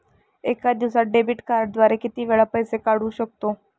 एका दिवसांत डेबिट कार्डद्वारे किती वेळा पैसे काढू शकतो?